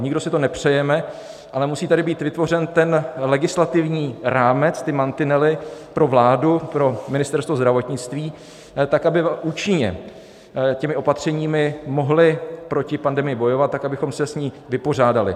Nikdo si to nepřejeme, ale musí tady být vytvořen ten legislativní rámec, ty mantinely pro vládu, pro Ministerstvo zdravotnictví, tak aby účinně těmi opatřeními mohly proti pandemii bojovat tak, abychom se s ní vypořádali.